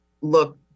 look